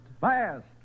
fast